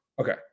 Okay